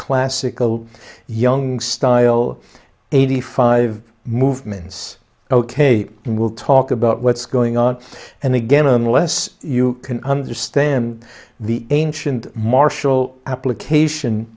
classical young style eighty five movements ok we'll talk about what's going on and again unless you can understand the ancient martial application